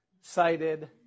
cited